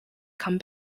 come